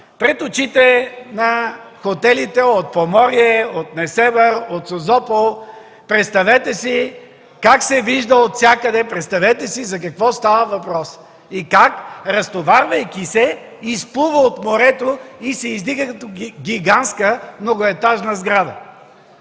пред очите на хотелите от Поморие, Несебър, Созопол. Представете си как се вижда отвсякъде. Представете си за какво става въпрос и как разтоварвайки се, от морето изплува и се издига гигантска многоетажна сграда.